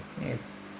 yes